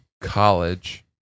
college